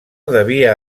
devia